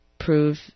prove